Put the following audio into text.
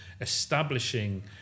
establishing